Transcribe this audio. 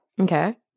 okay